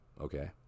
Okay